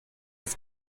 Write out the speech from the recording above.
have